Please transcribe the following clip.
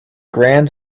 grand